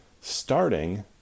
starting